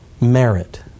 merit